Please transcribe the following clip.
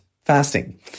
fasting